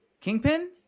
Kingpin